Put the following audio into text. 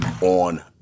on